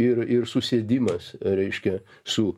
ir ir susėdimas reiškia su